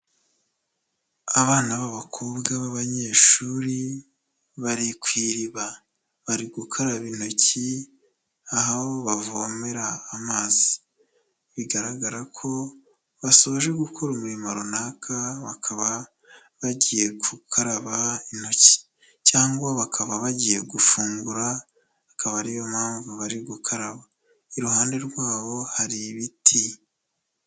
Abana b'abakobwa b'abanyeshuri bari ku iriba, bari gukaraba intoki aho bavomera amazi, bigaragara ko basoje gukora umurimo runaka bakaba bagiye gukaraba intoki cyangwa bakaba bagiye gufungura, akaba ariyo mpamvu bari gukaraba, iruhande rwabo hari ibiti.